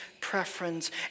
preference